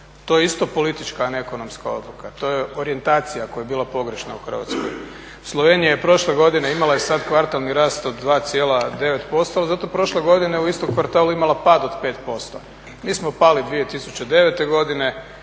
To je isto politička, a ne ekonomska odluka, to je orijentacija koja je bila pogrešna u Hrvatskoj. Slovenija je prošle godine imala kvartalni rast od 2,9%, ali zato je prošle godine u istom kvartalu imala pad od 5%. Mi smo pali 2009.godine